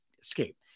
escape